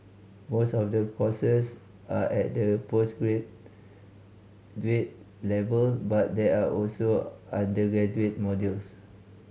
most of the courses are at the level but there are also undergraduate modules